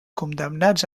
condemnats